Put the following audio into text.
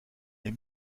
est